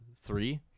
three